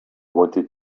wanted